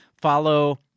follow